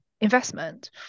investment